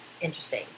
interesting